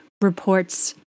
reports